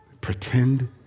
Pretend